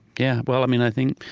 yeah. well, i mean, i think,